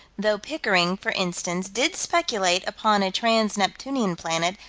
though pickering, for instance, did speculate upon a trans-neptunian planet,